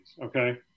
Okay